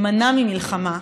להימנע ממלחמה,